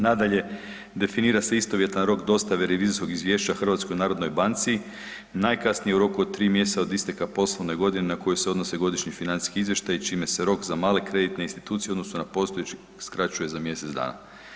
Nadalje, definira se istovjetan rok dostave revizorskog izvješća HNB-u najkasnije u roku od 3. mjeseca od isteka poslovne godine na koju se odnose godišnji financijski izvještaji čime se rok za male kreditne institucije u odnosu na postojeće skraćuje za mjesec dana.